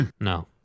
No